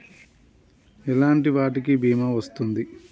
ఎలాంటి వాటికి బీమా వస్తుంది?